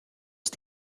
ist